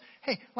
Hey